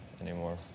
anymore